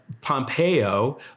Pompeo